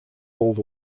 old